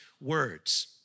words